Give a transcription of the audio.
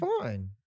fine